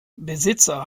besitzer